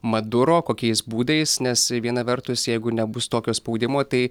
maduro kokiais būdais nes viena vertus jeigu nebus tokio spaudimo tai